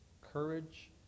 Courage